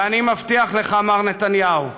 ואני מבטיח לך, מר נתניהו: